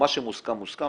מה שמוסכם מוסכם,